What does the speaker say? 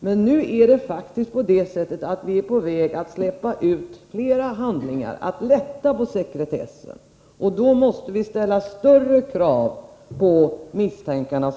Men nu är det faktiskt på det sättet att vi är på väg att släppa ut flera handlingar, att lätta på sekretessen, och då måste vi ställa större krav på misstankarna.